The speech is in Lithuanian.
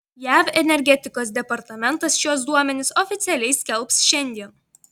jav energetikos departamentas šiuos duomenis oficialiai skelbs šiandien